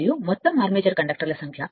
మరియుమొత్తం armature కండక్టర్ల సంఖ్య